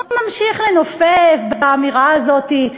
הוא ממשיך לנופף באמירה הזאת,